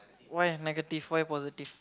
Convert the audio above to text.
why you negative why you positive